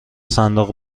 صندوق